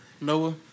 Noah